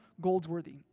Goldsworthy